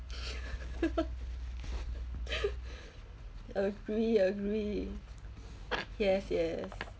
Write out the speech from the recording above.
agree agree yes yes